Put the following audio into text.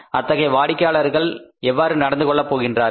அத்தகைய வாடிக்கையாளர்கள் எவ்வாறு நடந்து கொள்ளப் போகின்றார்கள்